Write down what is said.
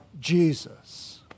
Jesus